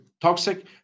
toxic